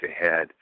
ahead